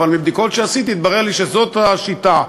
אבל מבדיקות שעשיתי התברר לי שזאת השיטה.